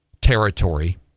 territory